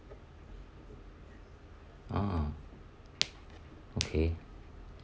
ah okay